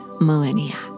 millennia